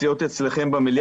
להיות אצלכם בוועדה,